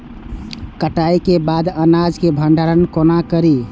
कटाई के बाद अनाज के भंडारण कोना करी?